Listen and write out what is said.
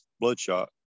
bloodshot